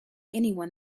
anyone